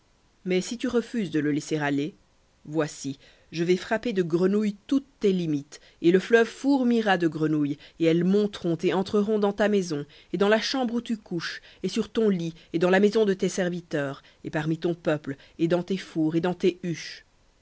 mais si tu refuses de le laisser aller voici je vais frapper de grenouilles toutes tes limites et le fleuve fourmillera de grenouilles et elles monteront et entreront dans ta maison et dans la chambre où tu couches et sur ton lit et dans la maison de tes serviteurs et parmi ton peuple et dans tes fours et dans tes